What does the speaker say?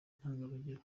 intangarugero